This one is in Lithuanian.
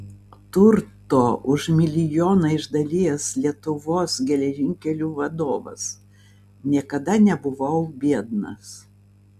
turto už milijoną išdalijęs lietuvos geležinkelių vadovas niekada nebuvau biednas